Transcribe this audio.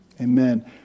Amen